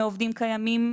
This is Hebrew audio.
מעובדים קיימים,